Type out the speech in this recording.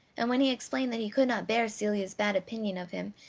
and when he explained that he could not bear celia's bad opinion of him,